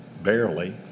barely